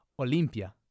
Olimpia